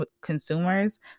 consumers